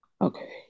Okay